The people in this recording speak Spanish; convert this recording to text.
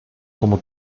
como